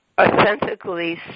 authentically